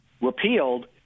repealed